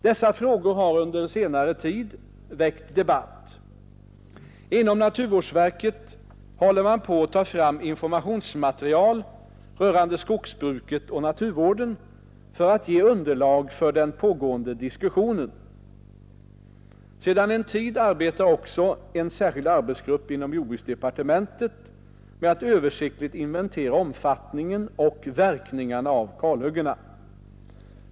Dessa frågor har under senare tid väckt debatt. Inom naturvårdsverket håller man på att ta fram informationsmaterial rörande skogsbruket och naturvården för att ge underlag för den pågående diskussionen. Sedan en tid arbetar också en särskild arbetsgrupp inom jordbruksdepartementet med att översiktligt inventera omfattningen och verkningarna av kalhyggena.